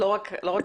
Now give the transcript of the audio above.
לא רק עובדי אמדוקס.